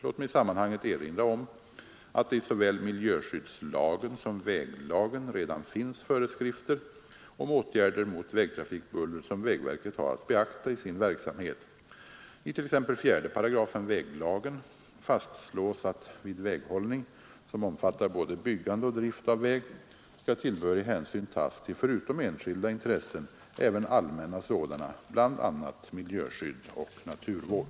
Låt mig i sammanhanget erinra om att det i såväl miljöskyddslagen som väglagen redan finns föreskrifter om åtgärder mot vägtrafikbuller som vägverket har att beakta i sin verksamhet. I t.ex. 4 § väglagen fastslås att vid väghållning — som omfattar både byggande och drift av väg — skall tillbörlig hänsyn tas till förutom enskilda intressen även allmänna sådana, bl.a. miljöskydd och naturvård.